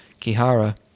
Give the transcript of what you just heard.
kihara